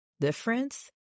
difference